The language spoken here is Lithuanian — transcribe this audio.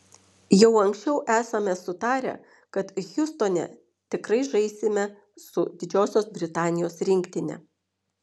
jau anksčiau esame sutarę kad hjustone tikrai žaisime su didžiosios britanijos rinktine